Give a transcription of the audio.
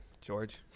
George